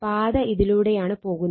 പാത ഇതിലൂടെയാണ് പോകുന്നത്